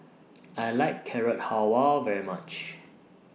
I like Carrot Halwa very much